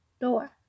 door